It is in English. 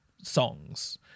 songs